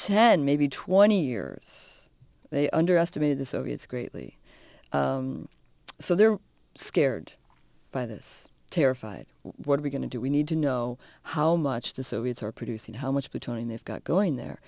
ten maybe twenty years they underestimated the soviets greatly so they're scared by this terrified what are we going to do we need to know how much the soviets are producing how much patrolling they've got going there